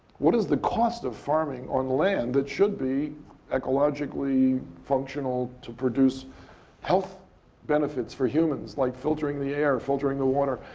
what is the cost of farming on land that should be ecologically functional to produce health benefits for humans, like filtering the air, filtering the water,